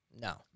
No